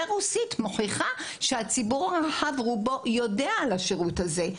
הרוסית מוכיחה שרוב הציבור הרחב כן יודע על השירות הזה.